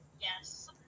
yes